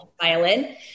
violin